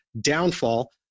Downfall